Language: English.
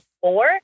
four